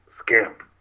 scamp